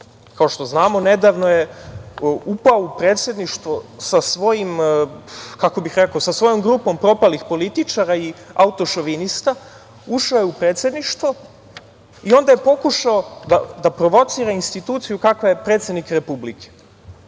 kao što znamo, nedavno je upao u Predsedništvo sa svojom grupom propalih političara i autošovinista, ušao je u Predsedništvo i onda je pokušao da provocira instituciju kakva je predsednik